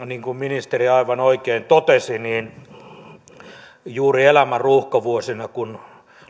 niin kuin ministeri aivan oikein totesi juuri elämän ruuhkavuosina kun